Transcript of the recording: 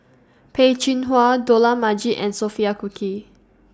Peh Chin Hua Dollah Majid and Sophia Cooke